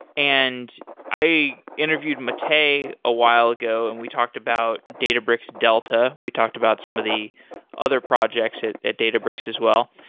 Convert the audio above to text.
and i interviewed matei a while ago and we talked about databricks delta. we talked about some of the other projects at at databricks as well.